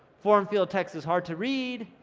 form field text is hard to read,